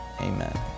amen